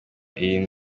iyi